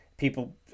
People